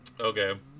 Okay